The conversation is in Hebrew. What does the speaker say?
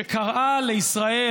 שקראה לישראל,